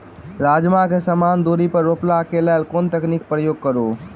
राजमा केँ समान दूरी पर रोपा केँ लेल केँ तकनीक केँ प्रयोग करू?